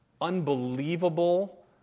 unbelievable